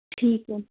ਠੀਕ ਹੈ